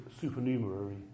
supernumerary